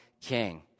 King